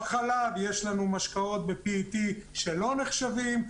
בחלב יש לנו משקאות ב-PET שלא נחשבים,